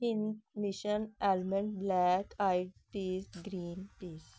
in mission element black IT green piece